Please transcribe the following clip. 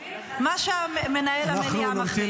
מה שמנהל המליאה מחליט.